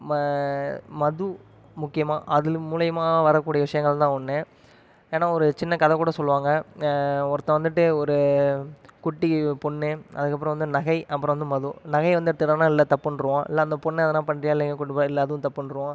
ம மது முக்கியமாக அதில் மூலியமா வரக்கூடிய விஷயங்கள்தான் ஒன்று ஏன்னால் ஒரு சின்ன கதை கூட சொல்லுவாங்க ஒருத்தன் வந்துட்டு ஒரு குட்டி பொண்ணு அதுக்கு அப்புறம் வந்து நகை அப்புறம் வந்து மது நகை வந்து எடுத்துகிட்டானா இல்லை தப்புன்றுவோம் இல்லை அந்த பொண்ண எதுனா பண்ணுறியா இல்லை எங்கனா கூட்டி போகிறியா இல்லை அதுவும் தப்புன்றுவோம்